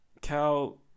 cal